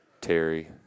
Terry